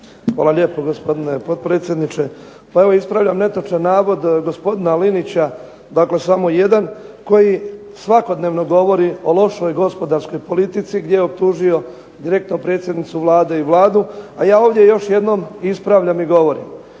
Hvala lijepo gospodine potpredsjedniče. Pa evo ispravljam netočan navod gospodina Linića, dakle samo jedan koji svakodnevno govori o lošoj gospodarskoj politici, gdje je optužio direktno predsjednicu Vlade i Vladu, a ja ovdje još jednom ispravljam i govorim